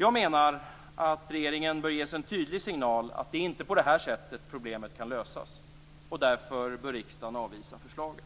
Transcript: Jag menar att regeringen bör ges en tydlig signal att det inte är på det sättet problemet kan lösas. Därför bör riksdagen avvisa förslaget.